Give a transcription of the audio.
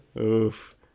Oof